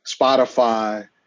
Spotify